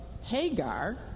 Hagar